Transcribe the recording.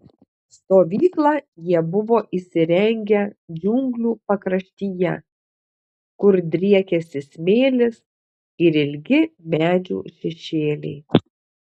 stovyklą jie buvo įsirengę džiunglių pakraštyje kur driekėsi smėlis ir ilgi medžių šešėliai